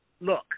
Look